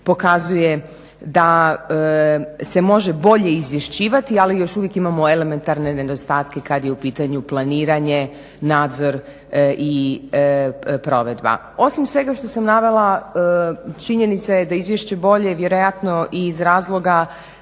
pokazuje da se može bolje izvješćivati ali još uvijek imamo elementarne nedostatke kad je u pitanju planiranja, nadzor i provedba. Osim svega što sam navela, činjenica je da je izvješće bolje i vjerojatno iz razloga